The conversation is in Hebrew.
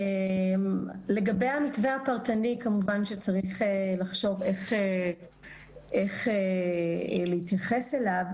לגבי המתווה הפרטני כמובן שצריך לחשוב איך להתייחס אליו,